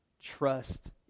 Trust